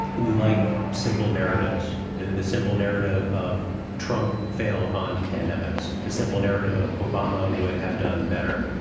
we like simple narratives. the the simple narrative of trump failed on pandemics, a simple narrative of obama would have done better.